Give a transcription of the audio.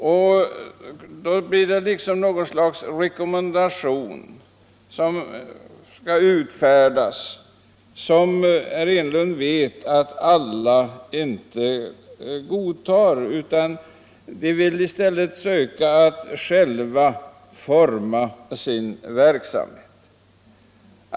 Det blir då fråga om att utfärda något slags rekommendation som — det vet herr Enlund — inte alla organisationerna kommer att kunna godta. De vill själva utforma sin verksamhet.